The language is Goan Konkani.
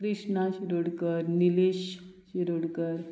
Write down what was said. कृष्णा शिरोडकर निलेश शिरोडकर